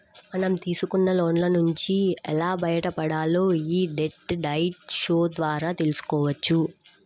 మనం తీసుకున్న లోన్ల నుంచి ఎలా బయటపడాలో యీ డెట్ డైట్ షో ద్వారా తెల్సుకోవచ్చు